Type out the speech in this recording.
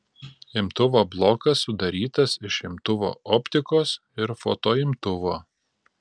imtuvo blokas sudarytas iš imtuvo optikos ir fotoimtuvo